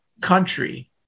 country